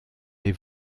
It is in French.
les